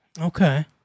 Okay